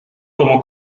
como